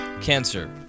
cancer